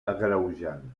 agreujant